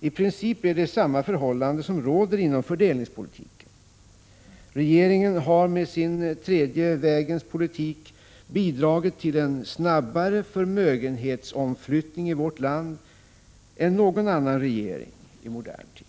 I princip är det samma förhållande som råder inom fördelningspolitiken. Regeringen har med sin ”tredje vägens politik” bidragit till en snabbare förmögenhetsomflyttning i vårt land än någon annan regering i modern tid.